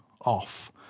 off